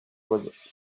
was